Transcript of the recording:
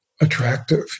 attractive